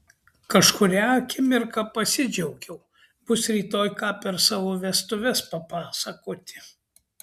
kažkurią akimirką pasidžiaugiau bus rytoj ką per savo vestuves papasakoti